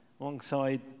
alongside